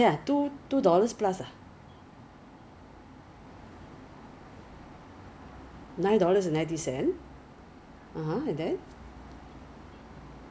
for example 你在那边买 err 太阳饼 one box ten dollars for example one box ten dollars so of course when you buy back is different already lah you have to pay for shipping fee of course the agent fee lah 多少钱 I don't know but